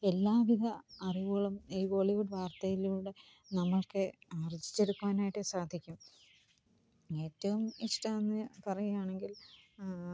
എല്ലാവിധ അറിവുകളും ഈ വോളിവുഡ് വാർത്തയിലൂടെ നമുക്ക് ആർജിച്ചെടുക്കാനായിട്ട് സാധിക്കും ഏറ്റവും ഇഷ്ടമെന്ന് പറയുകയാണെങ്കിൽ